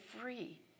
free